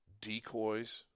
decoys